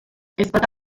ezpata